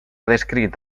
descrit